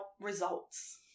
results